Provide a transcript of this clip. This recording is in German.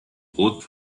rot